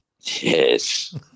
Yes